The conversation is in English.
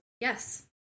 Yes